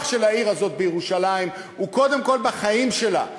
של העיר הזאת בירושלים הוא בחיים שלה.